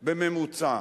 בממוצע.